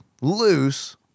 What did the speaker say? Loose